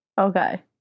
Okay